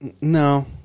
No